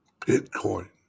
Bitcoin